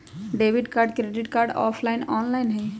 Debit card credit card offline online होई?